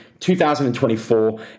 2024